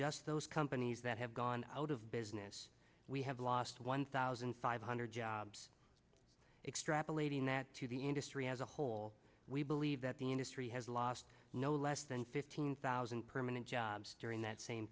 just those companies that have gone out of business we have lost one thousand five hundred jobs extrapolating that to the industry as a whole we believe that the industry has lost no less than fifteen thousand permanent jobs during that same